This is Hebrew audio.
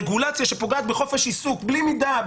רגולציה שפוגעת בחופש עיסוק בלי מידה,